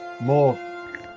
more